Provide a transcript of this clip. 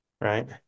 right